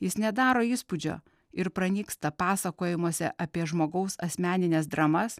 jis nedaro įspūdžio ir pranyksta pasakojimuose apie žmogaus asmenines dramas